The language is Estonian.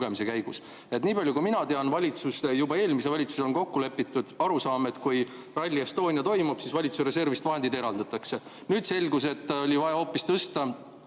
Nii palju kui mina tean, valitsuses, juba eelmises valitsuses on kokku lepitud arusaam, et kui Rally Estonia toimub, siis valitsuse reservist vahendeid eraldatakse. Nüüd selgus, et oli vaja hoopis tõsta